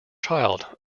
child